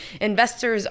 investors